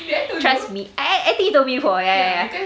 trust me i~ I think you told me before ya ya ya